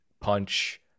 punch